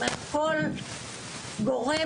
אני רק אגיד